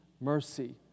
mercy